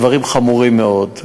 דברים חמורים מאוד,